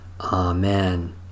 Amen